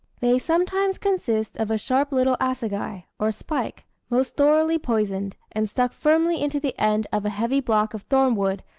they sometimes consist of a sharp little assegai, or spike, most thoroughly poisoned, and stuck firmly into the end of a heavy block of thornwood,